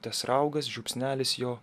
tas raugas žiupsnelis jo